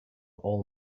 all